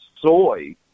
soy